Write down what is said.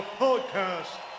podcast